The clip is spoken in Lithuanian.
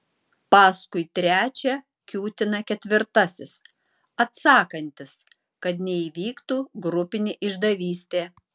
paskui trečią kiūtina ketvirtasis atsakantis kad neįvyktų grupinė išdavystė